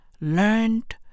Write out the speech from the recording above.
learned